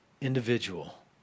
individual